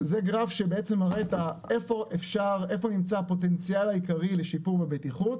זה גרף שמראה איפה נמצא הפוטנציאל העיקרי לשיפור בבטיחות.